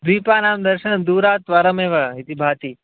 द्वीपानां दर्शनं दूरात् वरमेव इति भाति